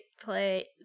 play